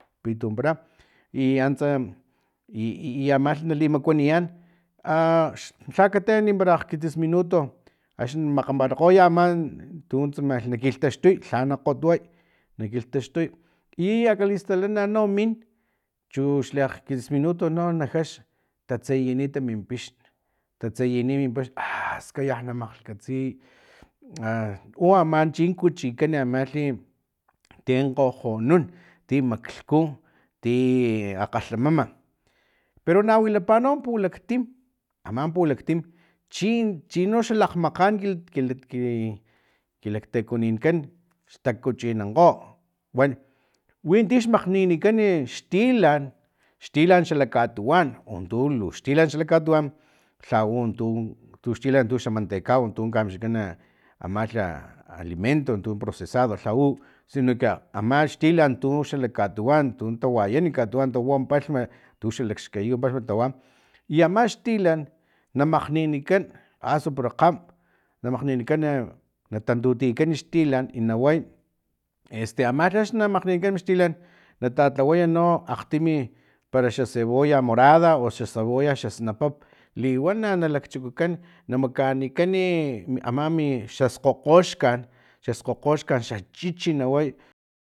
Lakgpitu wanpara iantsa i i amalhi nali makuaniyan ax lha katea para akgkitsis minuto akxni makganparakgoy ama tuntsama na kilhtaxtuy lhana kgotway na kilhtaxtuy i akalistal no min chux li akgkitsis minuto na jax tatseyinit min pixn tatseyini min pix aaaa skaya na makgkatsiy a u ama chi kuchikan amalhi tin kgojonun ti maklhku ti akgalhamama pero na wilapa no pulaktim ama pulaktim chi chino xa lakgmakgan ki kilaktekoninkan xtakuchinankgo wan winti xmakgnininkan e xtilan xtilan xalak katuwan untu luxtilan xla katuwan lhau untu tuxtilan tu mantekau untu mixkikan amalha alimento tu procesado lhau sino que ama xtilan tu xalak katuwan tun tawayan katuwan tawam palhma tu xalakxkayiw tawa i ama xtilan na makgnininkan asu pero kgam na makgnininkan natantutiyakan xtilan i na way este ama lha axni ma makgnikan mixtilan natatlawaya no akgtimi para xa cebolla morada o xa cebolla xasnapap liwana na lakchukukan na makanikani e amami xa skgokgoxkan xaskgokgoxkan xa chichi na way